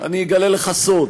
אני אגלה לך סוד: